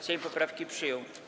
Sejm poprawki przyjął.